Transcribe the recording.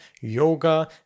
Yoga